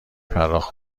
پرداخت